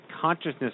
consciousness